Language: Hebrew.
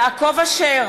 יעקב אשר,